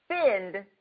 spend